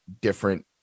different